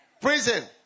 prison